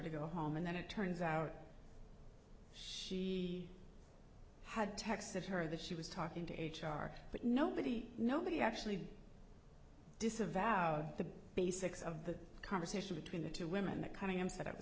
to go home and then it turns out she had texted her that she was talking to h r but nobody nobody actually disavowed the basics of the conversation between the two women that cutting him s